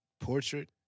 portrait